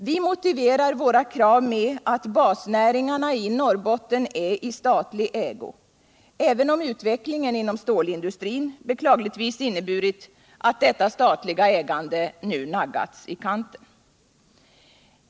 Vi motiverar våra krav med att basnäringarna i Norrbotten är i statlig ägo — även om utvecklingen inom stålindustrin beklagligtvis inneburit att detta statliga ägande nu naggats i kanten.